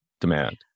demand